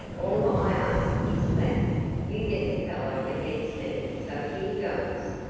all i ask is that you get the fellow that gets me. so here goes.